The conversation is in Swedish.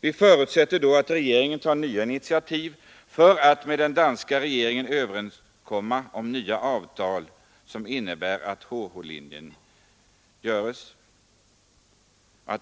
Vi förutsätter då att regeringen tar nya initiativ för att med den danska regeringen överenskomma om nya avtal som innebär att HH linjen